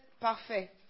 parfait